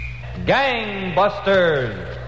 Gangbusters